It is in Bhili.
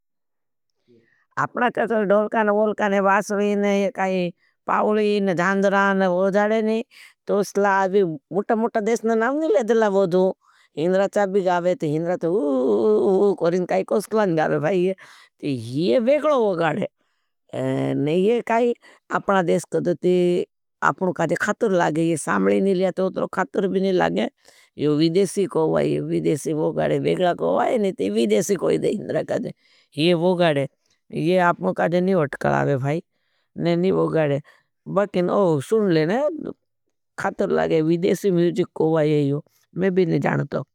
अपना चास डोलकान, वोलकान, वासरीन, पाउलीन, जहांदरान वो जाड़े नहीं। मुटा-मुटा देशने नाम नहीं लेगा वोधूं। हिंदराचाब भी गाव है, तो हिंदराचाब कोरें काई कोसलान गाव है। तो ये वेगलो वो गाड़े। नहीं ये काई, अपना देश कद दोते, आपनों कहा थे, खतर लागे, ये साम्बले नहीं लिया, तो उतरों खतर भी नहीं लागे। ये विदेशी कोई, विदेशी वो गाड़े, वेगला कोई नहीं थे, विदेशी कोई दे, हिंदराचाब कहा थे, ये वो गाड़े, ये आपनों कहा थे, नहीं उठकलावे भाई, नहीं वो गाड़े। सुन ले नहीं, खतर लगे, विदेशी मूजिक कोई है ये, मैं भी नहीं जानता हूँ।